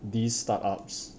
these start ups